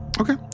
Okay